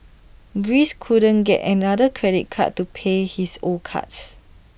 Greece couldn't get another credit card to pay his old cards